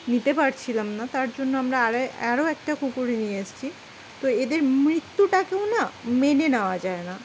নিতে পারছিলাম না তার জন্য আমরা আরে আরও একটা কুকুর নিয়ে এসেছি তো এদের মৃত্যুটাকে না মেনে নেওয়া যায় না